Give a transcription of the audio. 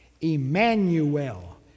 Emmanuel